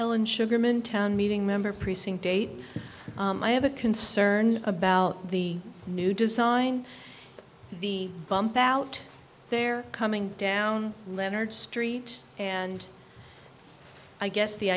ellen sugarman town meeting member precinct date i have a concern about the new design the bump out there coming down leonard street and i guess the